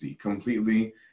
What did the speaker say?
completely